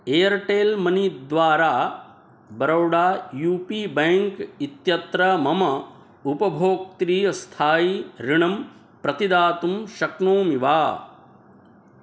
Airtel money द्वारा Baroda U P bank इत्यत्र मम उपभोक्त्री स्थायि ऋणम् प्रतिदातुं शक्नोमि वा